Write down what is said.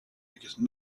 because